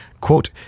Quote